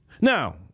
Now